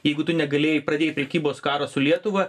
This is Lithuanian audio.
jeigu tu negalėjai pradėjai prekybos karą su lietuva